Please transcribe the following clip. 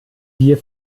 wir